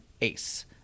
ACE